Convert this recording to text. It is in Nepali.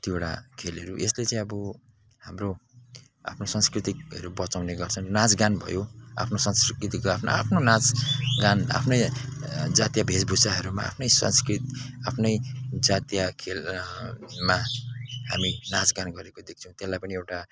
कतिवटा खेलहरू यसले चाहिँ अब हाम्रो आफ्नो संस्कृतिहरू बचाउने गर्छन् नाँचगान भयो आफ्नो संस्कृतिको आफ्नो आफ्नो नाँच गान आफ्नै जातीय वेशभूषाहरूमा आफ्नै संस्कृति आफ्नै जातीय खेल मा हामी नाँचगान गरेको देख्छौँ त्यसलाई पनि एउटा